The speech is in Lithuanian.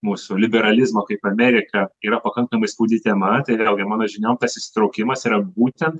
mūsų liberalizmo kaip amerika yra pakankamai skaudi tema tai vėlgi mano žiniom tas įsitraukimas yra būtent